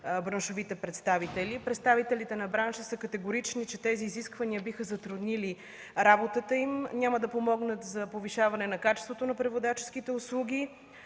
браншовите представители. Представителите на бранша са категорични, че тези изисквания биха затруднили работата им, няма да помогнат за повишаване на качеството на преводаческите услуги.